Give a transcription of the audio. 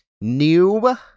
new